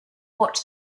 what